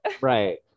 right